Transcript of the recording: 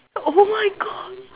oh my god